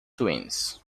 twins